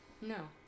No